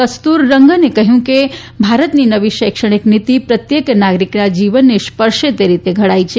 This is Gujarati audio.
કસ્તુર રંગને કહ્યું કે ભારતની નવી શૈક્ષણિક પ્રણાલી પ્રત્યેક નાગરિકના જીવનને સ્પર્શે તે રીતે ઘડાઇ છે